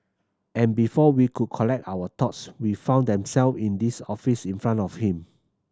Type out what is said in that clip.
and before we could collect our thoughts we found them self in this office in front of him